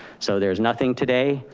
so there's nothing today.